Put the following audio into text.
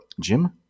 Jim